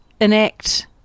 enact